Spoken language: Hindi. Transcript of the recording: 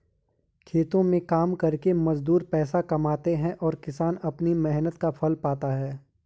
खेतों में काम करके मजदूर पैसे कमाते हैं और किसान अपनी मेहनत का फल पाता है